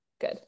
Good